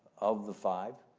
of the five,